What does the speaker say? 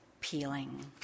peeling